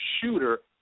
shooter